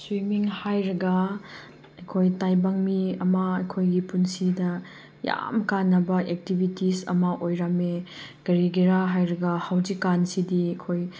swimming ꯍꯥꯏꯔꯒ ꯑꯩꯈꯣꯏ ꯇꯥꯏꯕꯪ ꯃꯤ ꯑꯃ ꯑꯩꯈꯣꯏꯒꯤ ꯄꯨꯟꯁꯤꯗ ꯌꯥꯝ ꯀꯥꯟꯅꯕ ꯑꯦꯛꯇꯤꯚꯤꯇꯤꯁ ꯑꯃ ꯑꯣꯏꯔꯝꯃꯦ ꯀꯔꯤꯒꯤꯔ ꯍꯥꯏꯔꯒ ꯍꯧꯖꯤꯛꯀꯥꯟꯁꯤꯗꯤ ꯑꯩꯈꯣꯏ